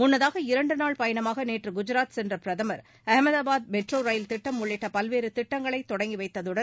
முன்னதாக இரண்டு நாள் பயணமாக நேற்று குஜராத் சென்ற பிரதமா் அகமதாபாத் மெட்ரோ ரயில் திட்டம் உள்ளிட்ட பல்வேறு திட்டங்களை தொடங்கி வைத்ததுடன்